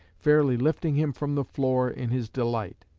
fairly lifting him from the floor in his delight.